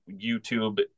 YouTube